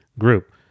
group